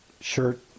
shirt